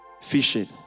fishing